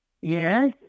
Yes